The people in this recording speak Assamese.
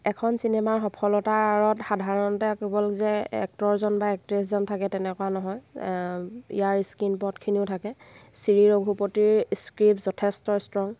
এখন চিনেমাৰ সফলতাৰ আঁৰত সাধাৰণতে কেৱল যে এক্টৰজন বা এক্টেছজন থাকে তেনেকুৱা নহয় ইয়াৰ স্কীণপটখিনিও থাকে শ্ৰীৰঘুপতিৰ স্ক্ৰীপ যথেষ্ট ষ্ট্ৰং